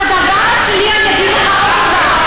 אך ורק,